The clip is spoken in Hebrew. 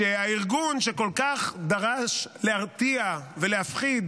שהארגון שכל כך דרש להרתיע ולהפחיד